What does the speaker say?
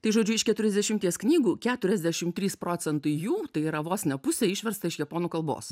tai žodžiu iš keturiasdešimties knygų keturiasdešimt trys procentai jų tai yra vos ne pusė išversta iš japonų kalbos